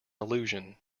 illusion